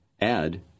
Add